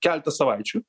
keletą savaičių